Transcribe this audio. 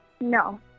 No